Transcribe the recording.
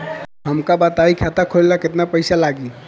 हमका बताई खाता खोले ला केतना पईसा लागी?